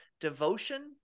devotion